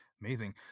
Amazing